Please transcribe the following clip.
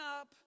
up